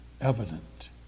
evident